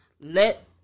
let